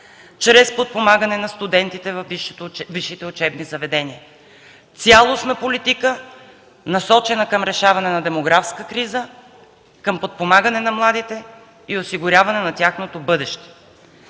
чрез подпомагане на студентите във висшите учебни заведения – цялостна политика, насочена към решаване на демографската криза, към подпомагане на младите и осигуряване на тяхното бъдеще.